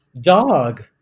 dog